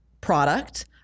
product